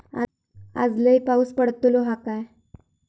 आज लय पाऊस पडतलो हा काय?